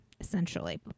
Essentially